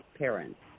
parents